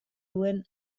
duen